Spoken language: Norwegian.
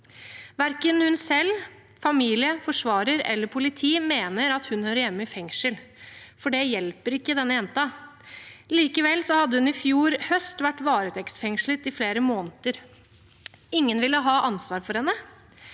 Verken hun selv, familien, forsvarer eller politi mener at hun hører hjemme i fengsel, for det hjelper ikke denne jenta. Likevel hadde hun i fjor høst vært varetektsfengslet i flere måneder. Ingen ville ha ansvaret for henne.